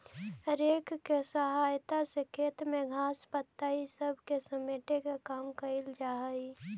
rake के सहायता से खेत में घास, पत्ता इ सब के समेटे के काम कईल जा हई